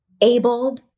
abled